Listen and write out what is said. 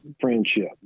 friendship